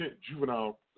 juvenile